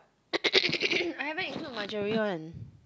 I haven't include Marjorie [one]